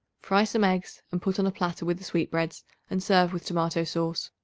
fry some eggs and put on a platter with the sweetbreads and serve with tomato-sauce.